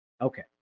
Okay